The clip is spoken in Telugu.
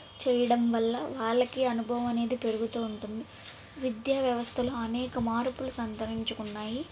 చేయడం వల్ల వాళ్ళకి అనుభవం అనేది పెరుగుతు ఉంటుంది విద్యా వ్యవస్థలో అనేక మార్పులు సంతరించుకున్నాయి